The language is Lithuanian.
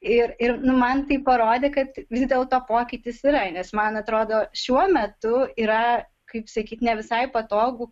ir ir nu man tai parodė kad vis dėlto pokytis yra nes man atrodo šiuo metu yra kaip sakyt ne visai patogu